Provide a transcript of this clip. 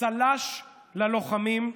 צל"ש ללוחמים,